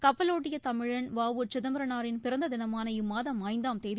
கப்பலோட்டிய தமிழன் வ உ சிதம்பரனாரின் பிறந்த தினமான இம்மாதம் ஐந்தாம் தேதி